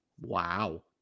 Wow